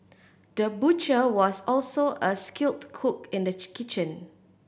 the butcher was also a skilled cook in the kitchen